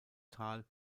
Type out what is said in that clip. tal